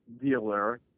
dealer